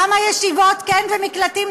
למה ישיבות כן ומקלטים,